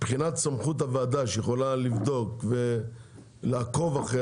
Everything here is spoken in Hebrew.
מבחינת סמכות הוועדה שיכולה לבדוק ולעקוב אחרי